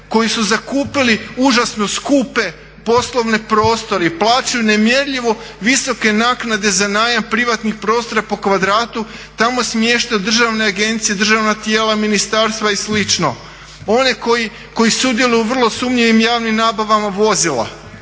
koji su zakupili užasno skupe poslovne prostore i plaćaju nemjerljivo visoke naknade za najam privatnih prostora po kvadratu, tamo smještaju državne agencije, državna tijela, ministarstva i slično, one koji sudjeluju u vrlo sumnjivim javnim nabavama vozila,